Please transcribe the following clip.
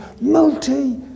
multi